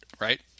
right